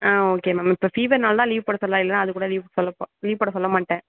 ஆ okay ma'am இப்போ ஃபீவர்னால் தான் லீவ் போட சொல்கிறேன் இல்லைன்னா அதுக்கூட லீவ் சொல்ல போ லீவ் போட சொல்ல மாட்டேன்